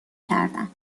کردن